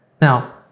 Now